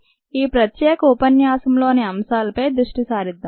కాబట్టి ఈ ప్రత్యేక ఉపన్యాసంలోని అంశాలపై దృష్టి సారిద్దాం